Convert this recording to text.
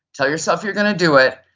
tell yourself you're going to do it,